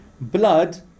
blood